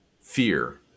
fear